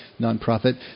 nonprofit